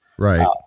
Right